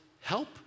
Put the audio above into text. help